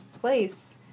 place